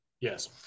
yes